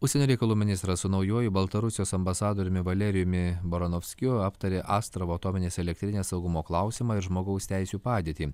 užsienio reikalų ministras su naujuoju baltarusijos ambasadoriumi valerijumi baranovskiu aptarė astravo atominės elektrinės saugumo klausimą ir žmogaus teisių padėtį